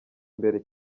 imbere